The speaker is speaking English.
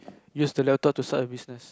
use the laptop to start a business